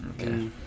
Okay